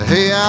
Hey